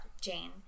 Jane